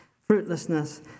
fruitlessness